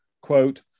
quote